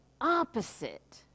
opposite